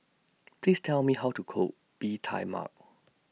Please Tell Me How to Cook Bee Tai Mak